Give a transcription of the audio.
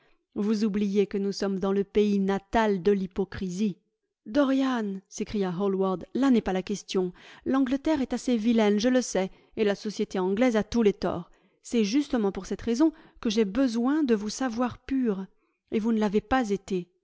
vous oubliez que nous sommes dans le pays natal de l'hypocrisie dorian s'écria ilallward là n'est pas la question l'angleterre est assez vilaine je le sais et la société anglaise a tous les torts c'est justement pour cette raison que j'ai besoin de vous savoir pur et vous ne l'avez pas été